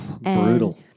Brutal